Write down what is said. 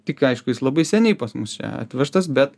tik aišku jis labai seniai pas mus atvežtas bet